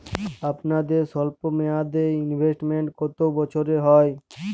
আপনাদের স্বল্পমেয়াদে ইনভেস্টমেন্ট কতো বছরের হয়?